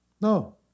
No